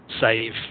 save